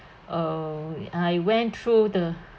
uh I went through the